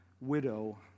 widow